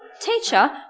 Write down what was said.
Teacher